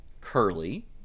Curly